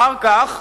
אחר כך